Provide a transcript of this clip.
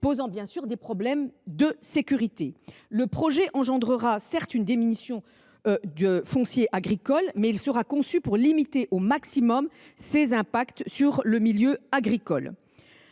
posant des problèmes de sécurité. Certes, le projet engendrera une diminution de foncier agricole, mais il sera conçu pour limiter au maximum ses impacts sur le milieu agricole.